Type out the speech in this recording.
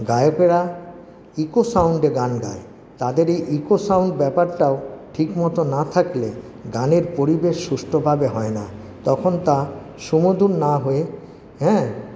গায়কেরা echo সাউন্ডে গান গায় তাদের এই ইকো সাউন্ড ব্যাপারটাও ঠিক মতো না থাকলে গানের পরিবেশ সুষ্ঠুভাবে হয় না তখন তা সুমধুর না হয়ে হ্যাঁ